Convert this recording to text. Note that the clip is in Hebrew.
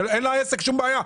אין לעסק כל בעיה.